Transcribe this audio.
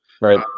Right